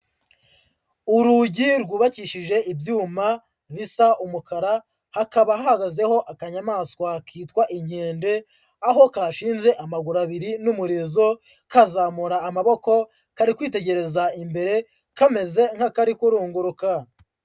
Urugi rwubakishije ibyuma bisa umukara, hakaba hahagazeho akanyamaswa kitwa inkende, aho kashinze amaguru abiri n'umurizo, kazamura amaboko, kari kwitegereza imbere kameze nk'akari kurunguruka.